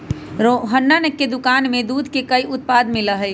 रोहना के दुकान में दूध के कई उत्पाद मिला हई